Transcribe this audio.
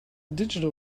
digital